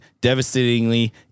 devastatingly